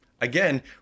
Again